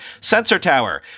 SensorTower